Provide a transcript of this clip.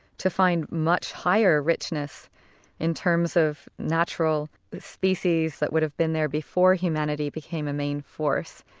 to find much higher richness in terms of natural species that would have been there before humanity became a main force.